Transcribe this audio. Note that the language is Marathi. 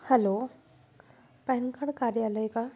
हॅलो पॅन कार्ड कार्यालय का